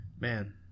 Man